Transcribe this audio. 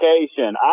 education